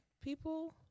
People